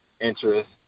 interest